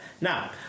Now